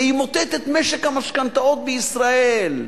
זה ימוטט את משק המשכנתאות בישראל,